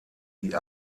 die